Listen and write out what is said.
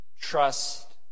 trust